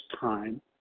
time